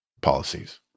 policies